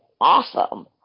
awesome